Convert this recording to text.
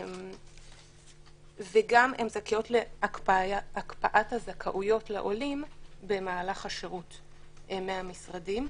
וגם הן זכאיות להקפאת הזכאויות לעולים במהלך השירות מהמשרדים.